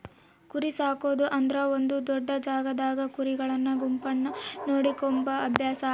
ಕುರಿಸಾಕೊದು ಅಂದ್ರ ಒಂದು ದೊಡ್ಡ ಜಾಗದಾಗ ಕುರಿಗಳ ಗುಂಪುಗಳನ್ನ ನೋಡಿಕೊಂಬ ಅಭ್ಯಾಸ ಆಗೆತೆ